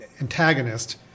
antagonist